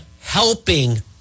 helping